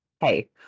hey